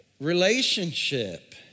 relationship